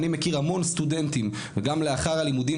אני מכיר המון סטודנטים שגם לאחר הלימודים